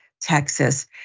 Texas